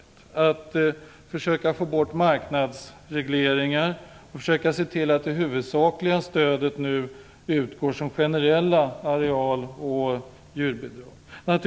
Det handlar om att försöka få bort marknadsregleringar och försöka se till att det huvudsakliga stödet nu utgår som generella areal och djurbidrag.